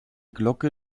glocke